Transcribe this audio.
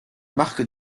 marque